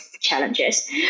challenges